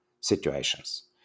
situations